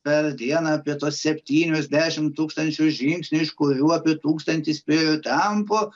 per dieną apie tuos septynis dešimt tūkstančių žingsnių iš kurių apie tūkstantis spėriu tempu